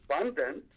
abundant